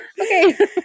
okay